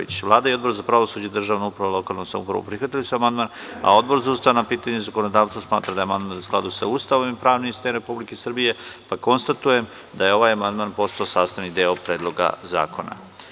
Da li neko želi reč? (Ne) Vlada i Odbor za pravosuđe, državnu upravu i lokalnu samoupravu, prihvatili su amandman, a Odbor za ustavna pitanja i zakonodavstvo smatra da je amandman u skladu sa Ustavom i pravnim sistemom Republike Srbije, pa konstatujem da je ovaj amandman postao sastavni deo Predloga zakona.